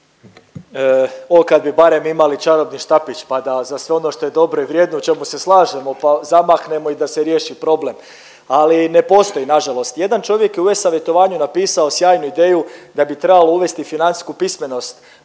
O kad bi barem imali čarobni štapić, pa da za sve ono što je dobro i vrijedno, u čemu se slažemo, pa zamahnemo i da se riješi problem, ali ne postoji nažalost. Jedan čovjek je u e-savjetovanju napisao sjajnu ideju da bi trebalo uvesti financijsku pismenost,